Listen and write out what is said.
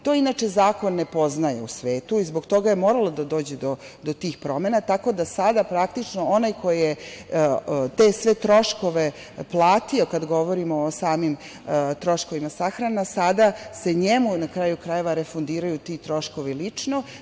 To inače zakon ne poznaje u svetu i zbog toga je moralo da dođe do tih promena, tako da sada praktično onaj ko je te sve troškove platio, kada govorimo o samim troškovima sahrana, sada se njemu refundiraju ti troškovi lično.